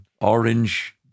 Orange